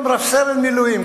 אומרים "רב-סרן במילואים",